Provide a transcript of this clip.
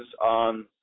on